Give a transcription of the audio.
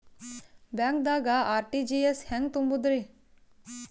ಬ್ಯಾಂಕ್ದಾಗ ಆರ್.ಟಿ.ಜಿ.ಎಸ್ ಹೆಂಗ್ ತುಂಬಧ್ರಿ?